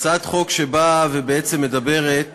הצעת חוק שבאה ומדברת